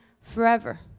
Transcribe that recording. forever